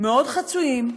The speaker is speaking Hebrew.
מאוד חצויים,